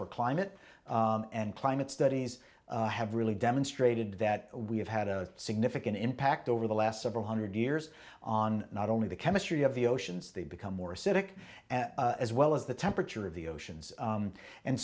for climate and climate studies have really demonstrated that we have had a significant impact over the last several hundred years on not only the chemistry of the oceans they become more acidic as well as the temperature of the oceans